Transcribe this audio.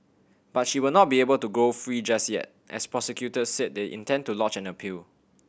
but she will not be able to go free just yet as prosecutors said they intend to lodge an appeal